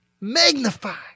magnify